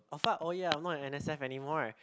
of what oh ya I'm not an N_S_F anymore